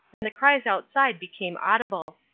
and the cries outside became audible.